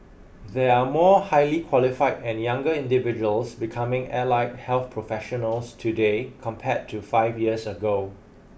there are more highly qualified and younger individuals becoming allied health professionals today compared to five years ago